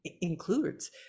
includes